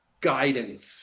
guidance